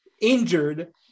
injured